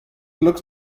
looks